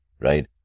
right